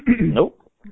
Nope